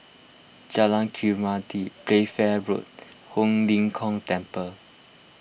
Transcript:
Jalan Khairuddin Playfair Road Ho Lim Kong Temple